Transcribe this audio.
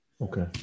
Okay